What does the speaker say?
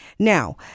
Now